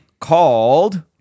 Called